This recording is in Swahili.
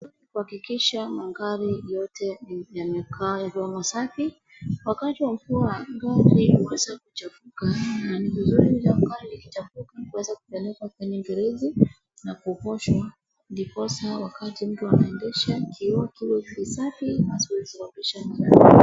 Kuhakikisha magari yote yamekaa yakiwa masafi, wakati wa kuwa vumbi huweza kuchafuka, na vizuri hiyo gari ikichafuka iweze kupelekwa kwenye gereji, na kuoshwa ndiposa wakati mtu anaendesha kioo kiwe kisafi isiyosababisha madhara.